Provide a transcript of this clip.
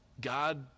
God